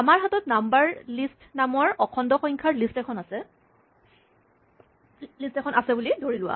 আমাৰ হাতত number list নামৰ অখণ্ড সংখ্যাৰ লিষ্ট এখন আছে বুলি ধৰি লোৱা